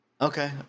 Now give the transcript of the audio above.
Okay